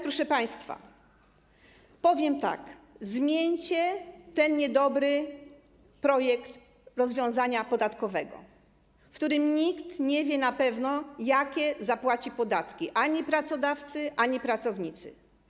Proszę państwa, powiem tak: zmieńcie ten niedobry projekt rozwiązania podatkowego, w przypadku którego nikt nie wie na pewno, jakie zapłaci podatki - ani pracodawcy, ani pracownicy.